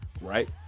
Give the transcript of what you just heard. right